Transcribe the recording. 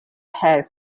head